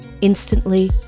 Instantly